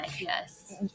Yes